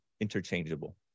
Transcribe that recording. interchangeable